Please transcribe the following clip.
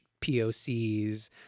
POCs